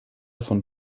von